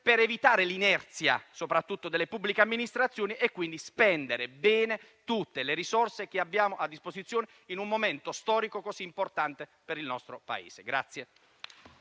per evitare l'inerzia soprattutto delle pubbliche amministrazioni e, quindi, spendere bene tutte le risorse che abbiamo a disposizione in un momento storico così importante per il nostro Paese.